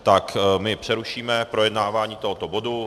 Tak, přerušíme projednávání tohoto bodu.